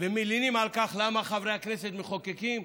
ומלינים על כך שחברי הכנסת מחוקקים,